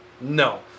No